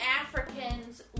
Africans